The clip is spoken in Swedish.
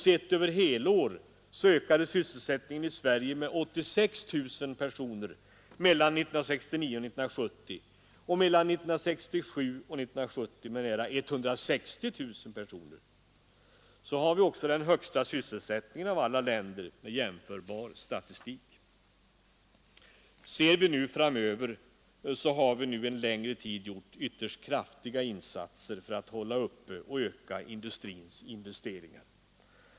Sett över helår ökade sysselsättningen i Sverige med 86 000 personer mellan 1969 och 1970, och mellan 1967 och 1970 ökade den med nära 160 000 personer. Vi har också den högsta sysselsättningen av alla länder med jämförbar statistik. Vi har nu en längre tid gjort ytterst kraftiga insatser för att hålla uppe och öka industrins investeringar.